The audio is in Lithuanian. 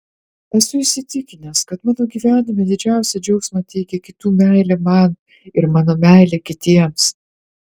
esu įsitikinęs kad mano gyvenime didžiausią džiaugsmą teikia kitų meilė man ir mano meilė kitiems